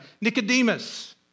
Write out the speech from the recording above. Nicodemus